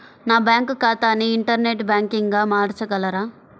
నా బ్యాంక్ ఖాతాని ఇంటర్నెట్ బ్యాంకింగ్గా మార్చగలరా?